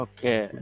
Okay